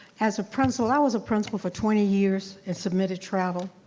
as a principal, i was a principal for twenty years, and submitted travel.